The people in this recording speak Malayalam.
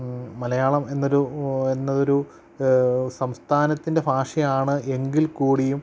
മലയാളം എന്നൊരു എന്നതൊരു സംസ്ഥാനത്തിൻ്റെ ഭാഷയാണ് എങ്കിൽ കൂടിയും